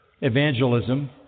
evangelism